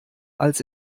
als